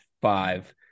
five